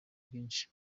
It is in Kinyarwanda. bwinshi